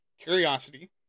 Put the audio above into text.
curiosity